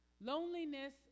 Loneliness